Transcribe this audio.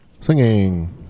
Singing